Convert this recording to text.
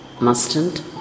Mustn't